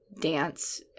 dance